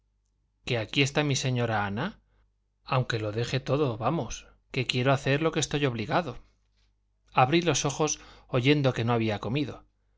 que aquí está mi señora ana aunque lo deje todo vamos que quiero hacer lo que estoy obligado abrí los ojos oyendo que no había comido